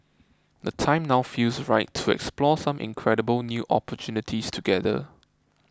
the time now feels right to explore some incredible new opportunities together